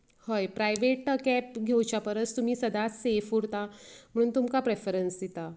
हय private cab घेवच्या परस तुमी सदांच सेफ उरता म्हुणून तुमका प्रेफरन्स दिता